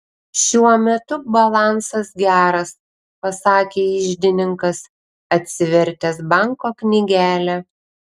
šiuo metu balansas geras pasakė iždininkas atsivertęs banko knygelę